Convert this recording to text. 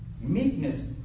meekness